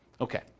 Okay